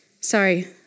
sorry